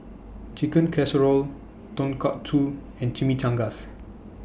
Chicken Casserole Tonkatsu and Chimichangas